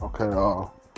Okay